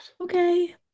Okay